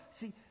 See